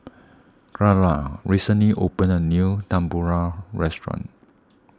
Kyara recently opened a new Tempura restaurant